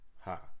ha